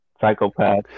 psychopath